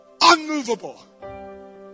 unmovable